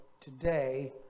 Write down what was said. today